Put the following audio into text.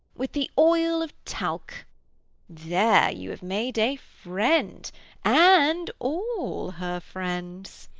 with the oil of talc there you have made a friend and all her friends.